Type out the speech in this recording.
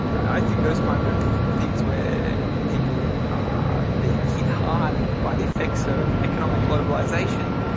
i think those kind of things where people are being hit hard by the effects of economic globalisation,